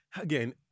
again